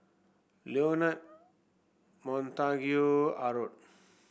Leonard Montague Harrod